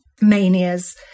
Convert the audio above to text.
manias